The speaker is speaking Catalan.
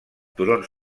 turons